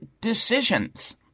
decisions